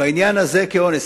בעניין הזה כאונס.